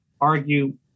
argue